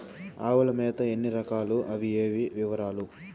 ఆవుల మేత ఎన్ని రకాలు? అవి ఏవి? వివరాలు?